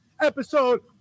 episode